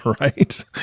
Right